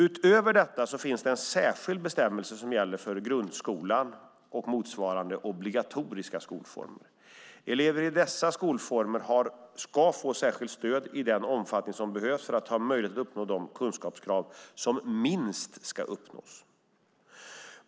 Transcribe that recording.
Utöver detta finns det en särskild bestämmelse som gäller för grundskolan och motsvarande obligatoriska skolformer. Elever i dessa skolformer ska få särskilt stöd i den omfattning som behövs för att ha möjlighet att uppnå de kunskapskrav som minst ska uppnås.